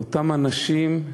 לאותם אנשים,